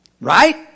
Right